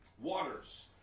waters